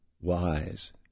wise—